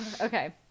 Okay